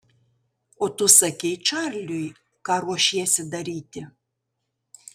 o tu sakei čarliui ką ruošiesi daryti